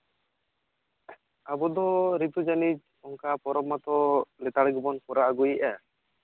ᱟᱵᱚ ᱫᱚ ᱨᱤᱛᱩ ᱡᱟᱹᱱᱤᱪ ᱚᱱᱠᱟ ᱯᱚᱨᱚᱵᱽ ᱢᱟᱛᱚ ᱪᱟᱲ ᱜᱮᱵᱚᱱ ᱠᱚᱨᱟᱣ ᱟᱹᱜᱩᱭᱮᱫᱟ